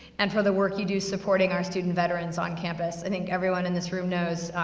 and for the work you do supporting our student veterans on campus. i think everyone in this room knows,